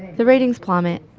the ratings plummet.